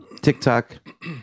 tiktok